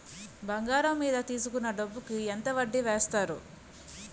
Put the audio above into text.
బంగారం మీద తీసుకున్న డబ్బు కి ఎంత వడ్డీ వేస్తారు?